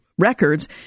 Records